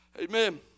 amen